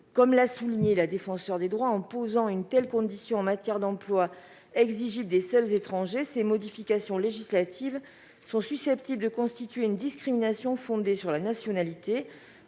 que le souligne la Défenseure des droits, « en posant une telle condition en matière d'emploi, exigible des seuls étrangers, ces modifications législatives sont susceptibles de constituer une discrimination fondée sur la nationalité